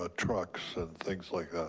ah trucks and things like that?